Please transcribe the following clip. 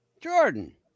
Jordan